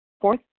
fourth